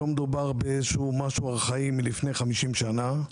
לא מדובר על משהו ארכאי מלפני 50 שנה.